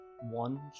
one